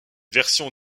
versions